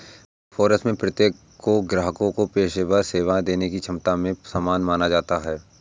big four में प्रत्येक को ग्राहकों को पेशेवर सेवाएं देने की क्षमता में समान माना जाता है